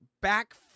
back